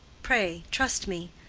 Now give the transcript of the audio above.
pray, trust me.